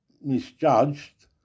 misjudged